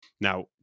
Now